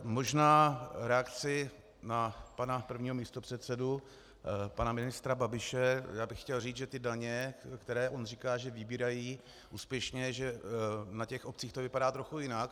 Možná v reakci na pana prvního místopředsedu, pana ministra Babiše, bych chtěl říci, že ty daně, které on říká, že vybírají úspěšně, že na těch obcích to vypadá trochu jinak.